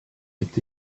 est